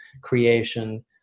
creation